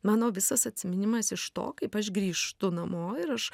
mano visas atsiminimas iš to kaip aš grįžtu namo ir aš